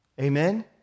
Amen